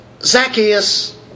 Zacchaeus